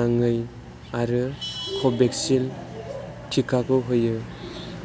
नाङै आरो कभिसिल्द टिकाखौ होयो